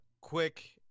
quick